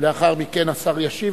לאחר מכן השר ישיב,